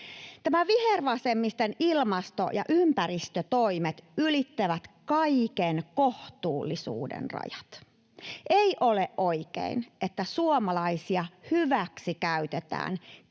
Vihervasemmiston ilmasto- ja ympäristötoimet ylittävät kaiken kohtuullisuuden rajat. Ei ole oikein, että suomalaisia hyväksikäytetään